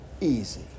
easy